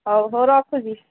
ହଉ ହଉ ରଖୁଛିି